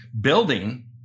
building